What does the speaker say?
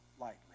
lightly